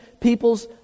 people's